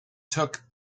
took